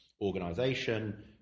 organization